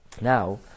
Now